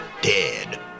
dead